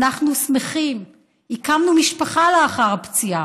אנחנו שמחים, הקמנו משפחה לאחר הפציעה.